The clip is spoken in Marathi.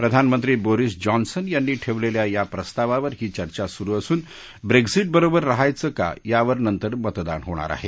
प्रधानमंत्री बोरिस जॉनसन यांनी ठेवलेल्या याप्रस्तावावर ही चर्चा सुरू असून ब्रेक्झीट बरोबर राहायच का यावर नंतर मतदान होणार आहे